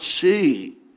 see